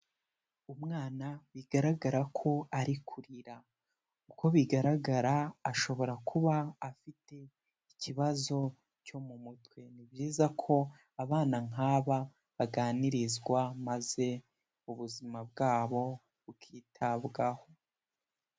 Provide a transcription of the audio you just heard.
Umwana bigaragara ko ari kurira, uko bigaragara ashobora kuba afite ikibazo cyo mu mutwe, ni byiza ko abana nkaba baganirizwa maze ubuzima bwabo bukitabwaho.